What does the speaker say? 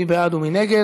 הצעת החוק לא התקבלה.